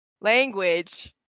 language